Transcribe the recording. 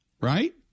right